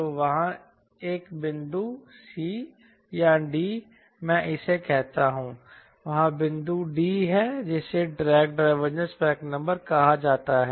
तो वहाँ एक बिंदु c या d मैं इसे कहता हूं वहाँ बिंदु d है जिसे ड्रैग डाइवर्जेंट मैक नंबर कहा जाता है